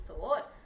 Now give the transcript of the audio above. thought